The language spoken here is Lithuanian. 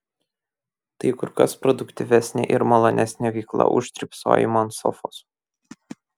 tai kur kas produktyvesnė ir malonesnė veikla už drybsojimą ant sofos